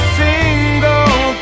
single